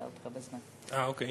בבקשה, כבוד השר.